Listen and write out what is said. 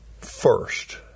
first